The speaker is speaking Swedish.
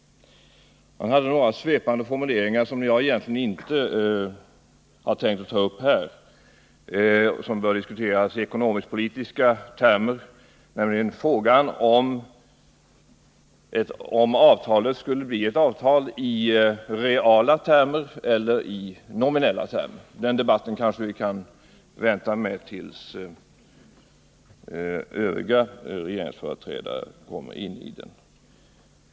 Kjell-Olof Feldt hade några svepande formuleringar i en fråga som jag egentligen inte tänkte ta upp här och som bör diskuteras i ekonomiskpolitiska termer, nämligen frågan om det skulle bli ett avtal i reala termer eller i nominella termer. Den debatten kanske vi kan vänta med tills övriga regeringsföreträdare kan delta.